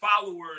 followers